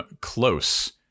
close